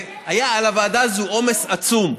היה על הוועדה הזו עומס עצום,